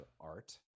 art